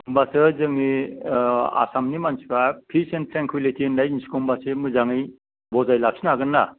होनबासो जोंनि ओह आसामनि मानसिफ्रा पिस एन्द सेनकुलिति होननाय जिनिसखौ होनबासो मोजाङै बजाय लाखिनो हागोन ना